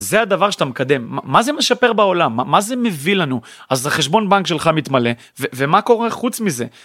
זה הדבר שאתה מקדם, מה זה משפר בעולם? מה זה מביא לנו? אז החשבון בנק שלך מתמלא, ומה קורה חוץ מזה?